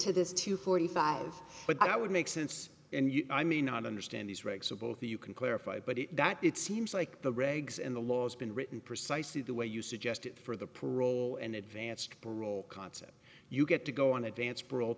to this to forty five but i would make sense and i mean and understand these regs or both or you can clarify but it that it seems like the regs and the laws been written precisely the way you suggested for the parole and advanced parole concept you get to go on advance parole